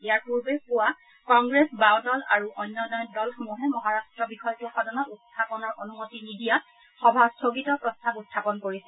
ইয়াৰ পূৰ্বে পুৱা কংগ্ৰেছ বাও দল আৰু অন্যান্য দলসমূহে মহাৰাট্ট বিষয়টো সদনত উত্তাপনৰ অনুমতি নিদিয়াত সভা স্থগিত প্ৰস্তাৱ উত্থাপন কৰিছিল